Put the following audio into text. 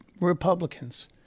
Republicans